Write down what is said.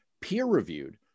peer-reviewed